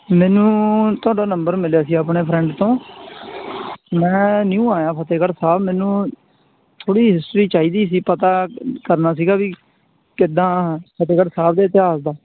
ਮੈਨੂੰ ਤੁਹਾਡਾ ਨੰਬਰ ਮਿਲਿਆ ਸੀ ਆਪਣੇ ਫਰੈਂਡ ਤੋਂ ਮੈਂ ਨਿਊ ਆਇਆ ਫਤਿਹਗੜ੍ਹ ਸਾਹਿਬ ਮੈਨੂੰ ਥੋੜ੍ਹੀ ਹਿਸਟਰੀ ਚਾਹੀਦੀ ਸੀ ਪਤਾ ਕਰਨਾ ਸੀਗਾ ਵੀ ਕਿੱਦਾਂ ਫਤਿਹਗੜ੍ਹ ਸਾਹਿਬ ਦੇ ਇਤਿਹਾਸ ਦਾ